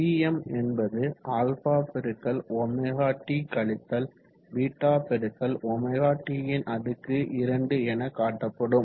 Pm என்பது α ωt β ωt2 என காட்டப்படும்